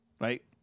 right